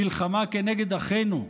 מלחמה כנגד אחינו.